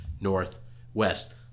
Northwest